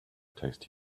tasty